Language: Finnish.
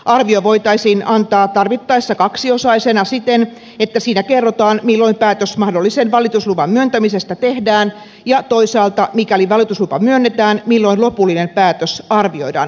arvio voitaisiin antaa tarvittaessa kaksiosaisena siten että siinä kerrotaan milloin päätös mahdollisen valitusluvan myöntämisestä tehdään ja toisaalta mikäli valituslupa myönnetään milloin lopullinen päätös arvioidaan annettavan